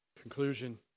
Conclusion